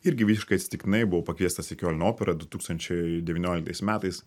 irgi visiškai atsitiktinai buvau pakviestas į kiolno operą du tūkstančiai devynioliktais metais